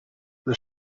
the